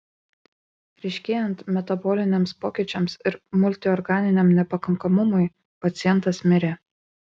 ryškėjant metaboliniams pokyčiams ir multiorganiniam nepakankamumui pacientas mirė